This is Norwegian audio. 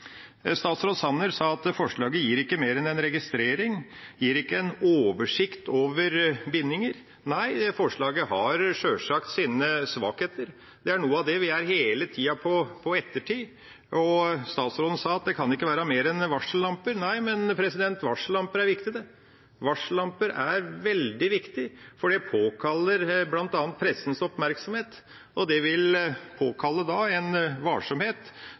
Statsråd Sanner sa at forslaget gir ikke mer enn en registrering, gir ikke en oversikt over bindinger. Nei, forslaget har sjølsagt sine svakheter, noe av det er at vi hele tida er på etterskudd., Statsråden sa at det kan ikke være mer enn varsellamper. Nei, men varsellamper er viktig, det. Varsellamper er veldig viktige, for det påkaller bl.a. pressens oppmerksomhet, og det vil påkalle en varsomhet